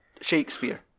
Shakespeare